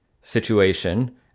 situation